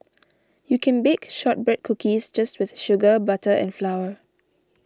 you can bake Shortbread Cookies just with sugar butter and flour